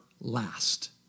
last